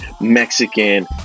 mexican